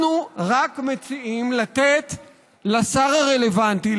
אנחנו רק מציעים לתת לשר הרלוונטי,